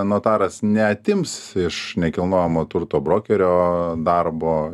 notaras neatims iš nekilnojamojo turto brokerio darbo